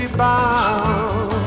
bound